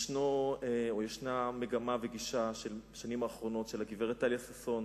יש מגמה וגישה בשנים האחרונות של הגברת טליה ששון,